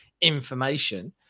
information